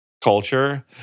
culture